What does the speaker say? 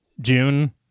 June